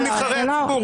של נבחרי הציבור.